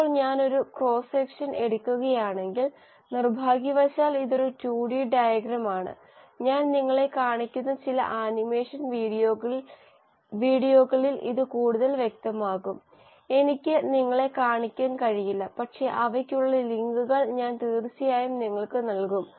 ഇപ്പോൾ ഞാൻ ഒരു ക്രോസ് സെക്ഷൻ എടുക്കുകയാണെങ്കിൽ നിർഭാഗ്യവശാൽ ഇതൊരു 2 D ഡയഗ്രം ആണ് ഞാൻ നിങ്ങളെ കാണിക്കുന്ന ചില ആനിമേഷൻ വീഡിയോകളിൽ ഇത് കൂടുതൽ വ്യക്തമാകും എനിക്ക് നിങ്ങളെ കാണിക്കാൻ കഴിയില്ല പക്ഷേ അവയ്ക്കുള്ള ലിങ്കുകൾ ഞാൻ തീർച്ചയായും നിങ്ങൾക്ക് നൽകും